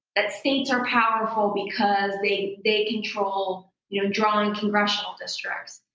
that states are powerful because they they control you know drawing congressional districts.